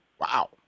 Wow